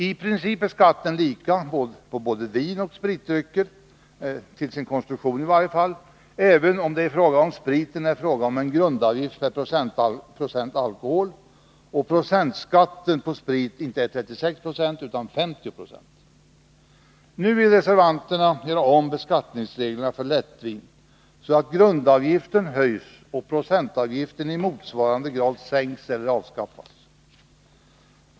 I princip är skatten lika på både vinoch spritdrycker, till sin konstruktion i varje fall, även om det beträffande spriten är fråga om en grundavgift per procent alkohol. Procentskatten på sprit är inte 36 20 utan 50 9. Nu vill reservanterna göra om beskattningsreglerna för lättvin så att grundavgiften höjs och procentavgiften i motsvarande grad sänks eller avskaffas.